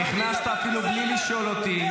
נכנסת אפילו בלי לשאול אותי,